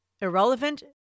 irrelevant